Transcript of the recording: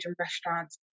restaurants